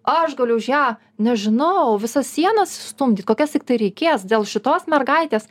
aš galiu už ją nežinau visas sienas stumdyt kokias tiktai reikės dėl šitos mergaitės